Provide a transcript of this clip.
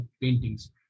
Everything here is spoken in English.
paintings